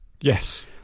yes